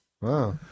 Wow